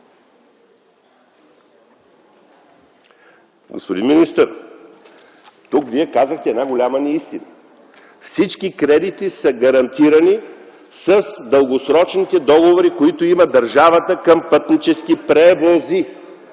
Господин министър, тук Вие казахте една голяма неистина. Всички кредити са гарантирани с дългосрочните договори, които има държавата към „Пътнически превози”.